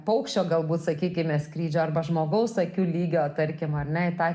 paukščio galbūt sakykime skrydžio arba žmogaus akių lygio tarkim ar ne į tą